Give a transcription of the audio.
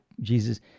Jesus